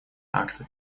акты